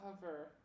cover